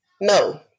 no